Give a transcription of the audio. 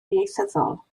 ieithyddol